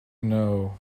know